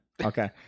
Okay